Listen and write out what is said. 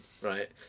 right